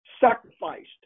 sacrificed